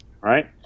right